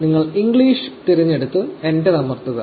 നിങ്ങൾ ഇംഗ്ലീഷ് തിരഞ്ഞെടുത്ത് എന്റർ അമർത്തുക